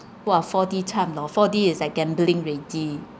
!wah! four D cham lor four D is like gambling already